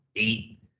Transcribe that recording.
eight